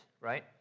right